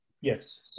yes